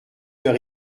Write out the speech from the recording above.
heure